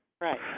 right